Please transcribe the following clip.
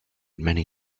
many